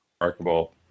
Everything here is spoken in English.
remarkable